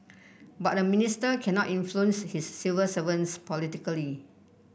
but a minister cannot influence his civil servants politically